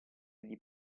gli